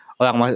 orang